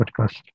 podcast